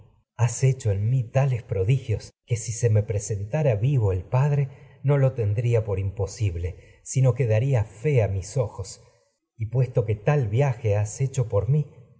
has hecho vivo el a en tales no prodigios que si presentara sino padre lo tendría por imposible que daría fe mi mis ojos y puesto que tal viaje has como hecho por